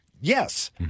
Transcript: Yes